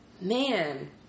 Man